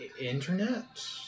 internet